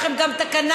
יש לכם גם תקנה,